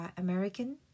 American